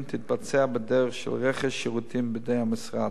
תתבצע בדרך של רכש שירותים בידי המשרד.